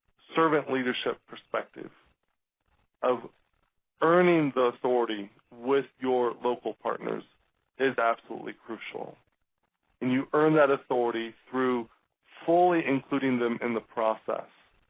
servant leadership perspective of earning the authority with your local partners is absolutely crucial and you earn that authority through fully including them in the process.